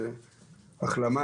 אני שולח לו מכאן איחולי החלמה